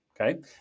okay